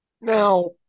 Now